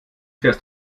fährst